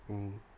mm